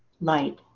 light